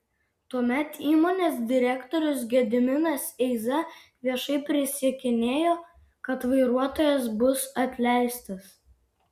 tuomet įmonės direktorius gediminas eiza viešai prisiekinėjo kad vairuotojas bus atleistas